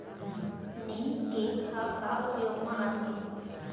नीम cake ह का उपयोग मा आथे?